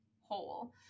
whole